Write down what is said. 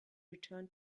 return